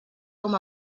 com